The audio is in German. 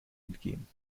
entgehen